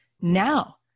now